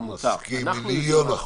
מסכים במיליון אחוז.